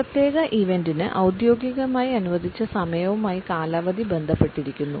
ഒരു പ്രത്യേക ഇവന്റിന് ഔദ്യോഗികമായി അനുവദിച്ച സമയവുമായി കാലാവധി ബന്ധപ്പെട്ടിരിക്കുന്നു